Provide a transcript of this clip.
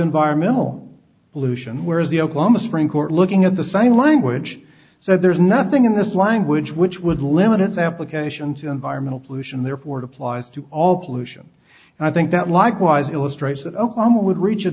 environmental pollution whereas the oklahoma supreme court looking at the sign language so there's nothing in this language which would limit its application to environmental pollution there ford applies to all pollution and i think that likewise illustrates that obama would reach a